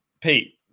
Pete